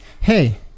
hey